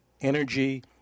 energy